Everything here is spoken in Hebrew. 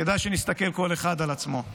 כדאי שנסתכל כל אחד על עצמו.